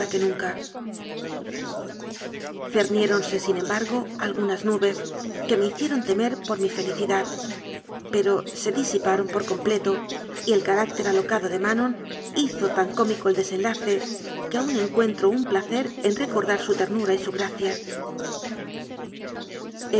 nunca cerniéronse sin embargo algunas nubes que me hicieron temer por mi felicidad pero se disi paron por completo y el carácter alocado de ma non hizo tan cómico el desenlace que aun encuen tro un placer en recordar su ternura y su gracia